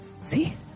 see